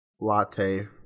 latte